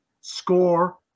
score